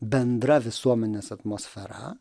bendra visuomenės atmosfera